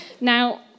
Now